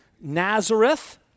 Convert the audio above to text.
Nazareth